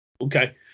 Okay